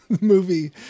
movie